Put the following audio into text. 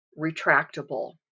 retractable